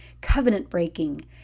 covenant-breaking